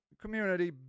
community